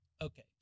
Okay